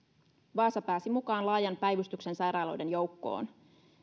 vaasa pääsi mukaan laajan päivystyksen sairaaloiden joukkoon